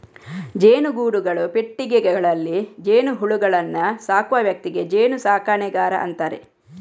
ಜೇನುಗೂಡುಗಳು, ಪೆಟ್ಟಿಗೆಗಳಲ್ಲಿ ಜೇನುಹುಳುಗಳನ್ನ ಸಾಕುವ ವ್ಯಕ್ತಿಗೆ ಜೇನು ಸಾಕಣೆಗಾರ ಅಂತಾರೆ